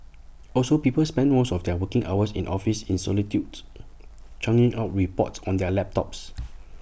also people spend most of their working hours in office in solitude churning out reports on their laptops